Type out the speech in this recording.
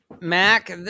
Mac